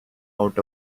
out